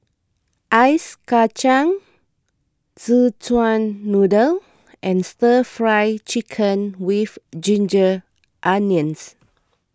Ice Kacang Szechuan Noodle and Stir Fry Chicken with Ginger Onions